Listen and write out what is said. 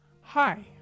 Hi